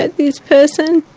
but this person.